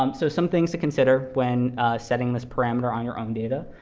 um so some things to consider, when setting this parameter on your own data,